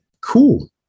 Cool